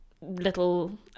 little